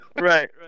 right